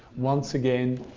once again,